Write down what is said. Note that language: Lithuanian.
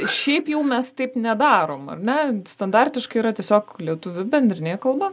šiaip jau mes taip nedarom ar ne standartiškai yra tiesiog lietuvių bendrinė kalba